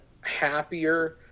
happier